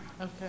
Okay